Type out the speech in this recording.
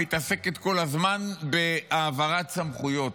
מתעסקת כל הזמן בהעברת סמכויות,